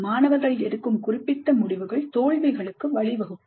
மாணவர்கள் எடுக்கும் குறிப்பிட்ட முடிவுகள் தோல்விகளுக்கு வழிவகுக்கும்